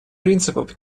принципов